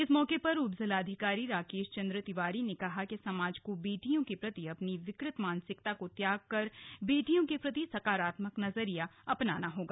इस मौके पर उपजिलाधिकारी राकेश चंद्र तिवारी ने कहा कि समाज को बेटियों के प्रति अपनी विकृत मानसिकता को त्यागकर बेटियों के प्रति सकारात्मक नजरिया अपनाना होगा